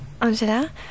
Angela